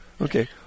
Okay